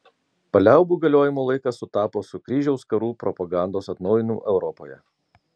paliaubų galiojimo laikas sutapo su kryžiaus karų propagandos atnaujinimu europoje